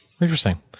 interesting